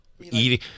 eating